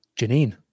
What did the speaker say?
Janine